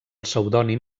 pseudònim